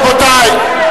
רבותי,